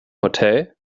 hotel